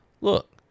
look